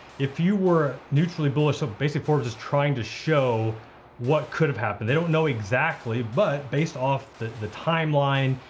if you were neutrally bullish, so basically forbes is trying to show what could have happened. they don't know exactly, but based off the the timeline,